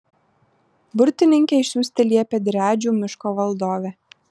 burtininkę išsiųsti liepė driadžių miško valdovė